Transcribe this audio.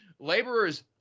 Laborers